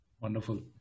Wonderful